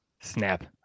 Snap